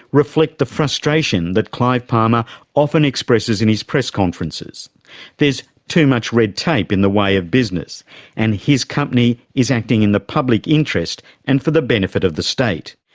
reflect the frustration that clive palmer often expresses in his press conferences there's too much red tape in the way of business and his company is acting in the public interest and for the benefit of the state.